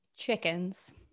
Chickens